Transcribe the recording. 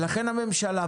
לכן הממשלה,